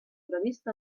previst